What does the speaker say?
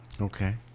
Okay